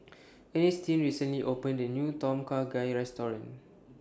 Earnestine recently opened A New Tom Kha Gai Restaurant